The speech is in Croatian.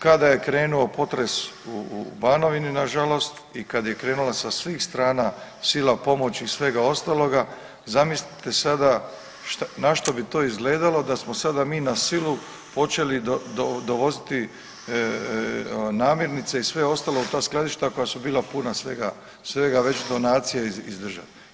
Kada je krenuo potres u Banovini, nažalost i kada je krenula sa svih strana sila pomoći i svega ostaloga, zamislite sada na što bi to izgledalo da smo sada mi na silu počeli dovoziti namirnice i sve ostalo u ta skladišta koja su bila puna svega već donacija iz države.